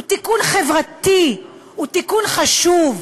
הוא תיקון חברתי, הוא תיקון חשוב.